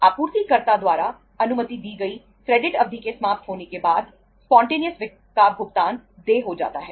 आप इन्वेंटरी वित्त का भुगतान देय हो जाता है